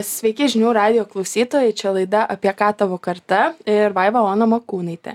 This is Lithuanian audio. sveiki žinių radijo klausytojai čia laida apie ką tavo karta ir vaiva ona makūnaitė